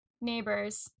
Neighbors